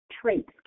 traits